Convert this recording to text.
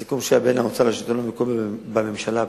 הסיכום שהיה בין האוצר לשלטון המקומי בממשלה הקודמת.